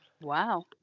Wow